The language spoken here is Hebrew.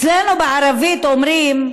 אצלנו בערבית אומרים: